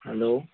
hello